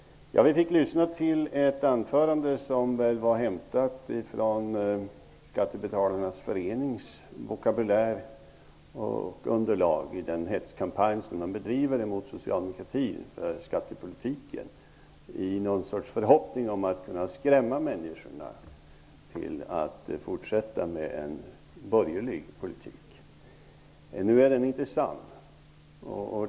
Vi fick lyssna till ett anförande som var skrivet med Skattebetalarnas förenings vokabulär och som väl var hämtat från underlaget för den hetskampanj man bedriver mot socialdemokratin vad gäller skattepolitiken. Det gör man i något slags förhoppning om att skrämma människor till att fortsätta rösta för en borgerlig politik. Den kampanjen är inte sann.